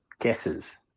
guesses